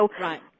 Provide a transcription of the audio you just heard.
Right